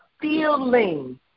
feeling